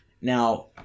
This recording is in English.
Now